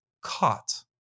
caught